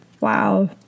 Wow